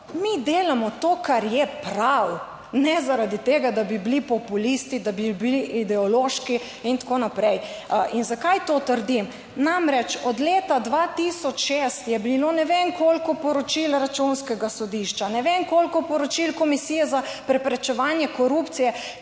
Mi delamo to kar je prav, ne zaradi tega, da bi bili populisti, da bi bili ideološki in tako naprej. In zakaj to trdim? Namreč, od leta 2006 je bilo ne vem koliko poročil Računskega sodišča, ne vem koliko poročil Komisije za preprečevanje korupcije,